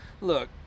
Look